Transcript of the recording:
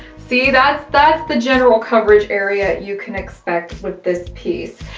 see, that's that's the general coverage area you can expect with this piece.